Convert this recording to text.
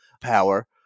power